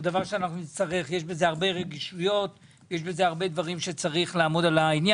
זה דבר שיש בו הרבה רגישויות ויש בו הרבה דברים שצריך לעמוד עליהם.